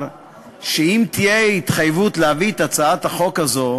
שאם תהיה התחייבות להביא את הצעת החוק הזאת